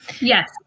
Yes